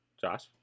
Josh